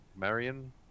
Marion